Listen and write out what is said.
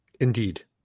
Indeed